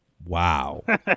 Wow